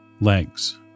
legs